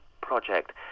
project